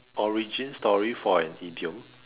origin story for an idiom